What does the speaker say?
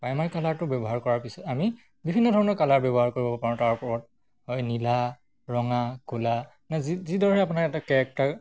primer কালাৰটো ব্যৱহাৰ কৰাৰ পিছত আমি বিভিন্ন ধৰণৰ কালাৰ ব্যৱহাৰ কৰিব পাৰোঁ তাৰ ওপৰত হয় নীলা ৰঙা ক'লা নে যি যিদৰে আপোনাৰ এটা কেৰেক্টাৰ